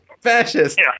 fascist